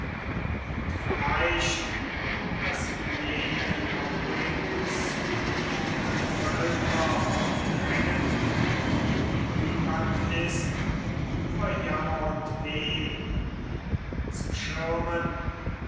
und vielleicht daß jenen auch rings umwohnende völker drängen und niemand ist vor jammer und weh ihn zu schirmen